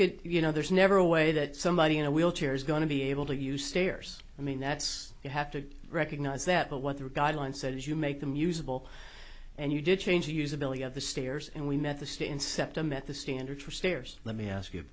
could you know there's never a way that somebody in a wheelchair is going to be able to use stairs i mean that's you have to recognize that but what the guidelines said is you make them usable and you did change the usability of the stairs and we met the state in septa met the standard for stairs let me ask you